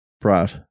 Brad